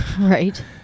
Right